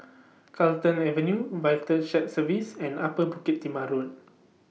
Carlton Avenue Vital Shared Services and Upper Bukit Timah Road